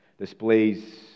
displays